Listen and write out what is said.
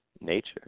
nature